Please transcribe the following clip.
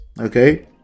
okay